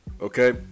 Okay